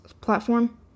platform